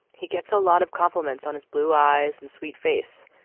he gets a lot of compliments on his blue eyes and sweet face.